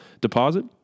deposit